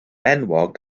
enwog